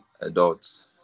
adults